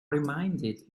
reminded